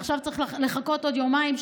ועכשיו צריך לחכות עוד יומיים,